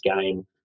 game